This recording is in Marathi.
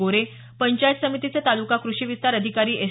गोरे पंचायत समितीचे तालुका कृषि विस्तार अधिकारी एस